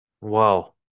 Wow